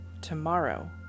Tomorrow